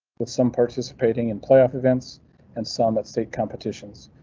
with some participating in playoff events and some at state competitions,